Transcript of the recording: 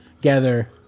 gather